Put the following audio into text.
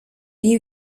you